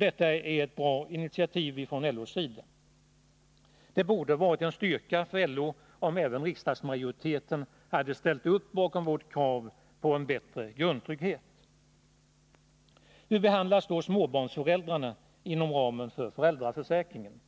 Det är ett bra initiativ från LO:s sida. Det borde ha varit en styrka för LO om även riksdagsmajoriteten hade ställt upp bakom vårt krav på en bättre grundtrygghet. Hur behandlas då småbarnsföräldrarna inom ramen för föräldraförsäkringen?